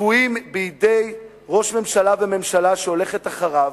שבויים בידי ראש ממשלה וממשלה שהולכת אחריו,